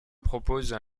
proposent